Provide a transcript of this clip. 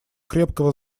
крепкого